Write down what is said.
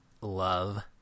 love